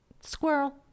squirrel